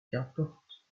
qu’importe